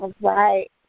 Right